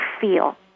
feel